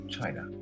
China